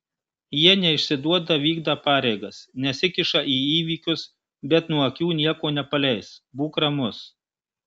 jie neišsiduoda vykdą pareigas nesikiša į įvykius bet nuo akių nieko nepaleis būk ramus